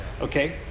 okay